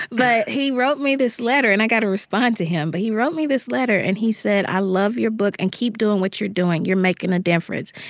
but he wrote me this letter and i've got to respond to him. but he wrote me this letter, and he said, i love your book, and keep doing what you're doing. you're making a difference.